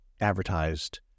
advertised